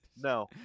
no